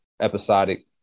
episodic